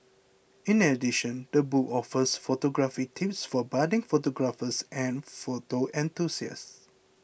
in addition the book offers photography tips for budding photographers and photo enthusiasts